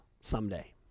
someday